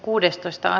asia